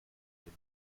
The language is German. den